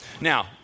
Now